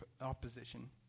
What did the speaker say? opposition